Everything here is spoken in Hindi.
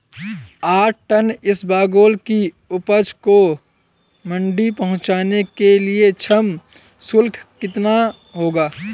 आठ टन इसबगोल की उपज को मंडी पहुंचाने के लिए श्रम शुल्क कितना होगा?